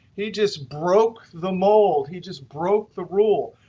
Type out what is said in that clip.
he just broke the mold. he just broke the rule.